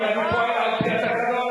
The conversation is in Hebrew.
ואני פועל על-פי התקנון.